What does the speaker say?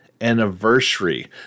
anniversary